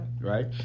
right